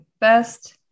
Best